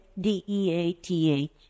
D-E-A-T-H